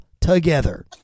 together